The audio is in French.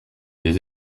les